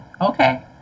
okay